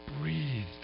breathed